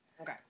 Okay